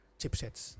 chipsets